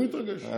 אה,